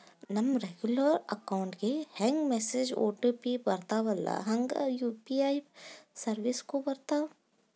ನಮ regular account ಗೆ ಹೆಂಗ ಮೆಸೇಜ್ ಒ.ಟಿ.ಪಿ ಬರ್ತ್ತವಲ್ಲ ಹಂಗ ಯು.ಪಿ.ಐ ಸೆರ್ವಿಸ್ಗು ಬರ್ತಾವ